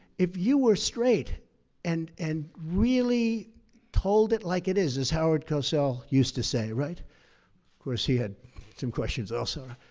if you were straight and and really told it like it is, as howard cosell used to say, right? of course, he had some questions also.